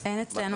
אין אצלנו.